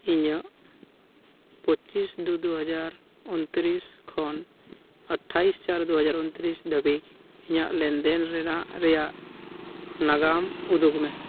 ᱤᱧᱟᱹᱜ ᱯᱚᱸᱪᱤᱥ ᱫᱩ ᱫᱩ ᱦᱟᱡᱟᱨ ᱩᱱᱛᱨᱤᱥ ᱠᱷᱚᱱ ᱟᱴᱷᱟᱭ ᱪᱟᱨ ᱫᱩ ᱦᱟᱡᱟᱨ ᱩᱱᱛᱨᱤᱥ ᱫᱷᱟᱹᱵᱤᱡ ᱤᱧᱟᱹᱜ ᱞᱮᱱ ᱫᱮᱱ ᱨᱮᱱᱟᱜ ᱨᱮᱭᱟᱜ ᱱᱟᱜᱟᱢ ᱩᱫᱩᱜ ᱢᱮ